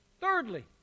Thirdly